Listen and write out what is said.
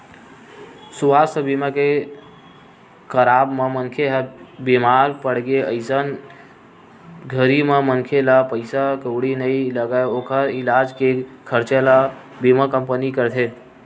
सुवास्थ बीमा के कराब म मनखे ह बीमार पड़गे अइसन घरी म मनखे ला पइसा कउड़ी नइ लगय ओखर इलाज के खरचा ल बीमा कंपनी करथे